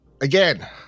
again